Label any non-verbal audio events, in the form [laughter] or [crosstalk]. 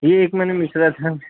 ये एक महीने में [unintelligible] था